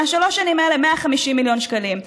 שלוש השנים האלה: 150,000 מיליון שקלים.